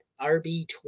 rb20